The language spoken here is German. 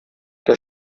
der